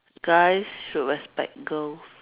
guys should respect girls